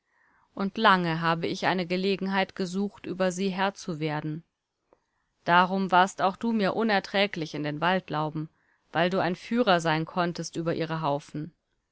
und lange habe ich eine gelegenheit gesucht über sie herr zu werden darum warst auch du mir unerträglich in den waldlauben weil du ein führer sein konntest über ihre haufen